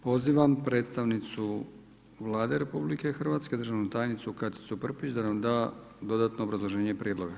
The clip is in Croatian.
Pozivam predstavnicu Vlade RH, državnu tajnicu Katicu Prpić da nam da dodatno obrazloženje prijedloga.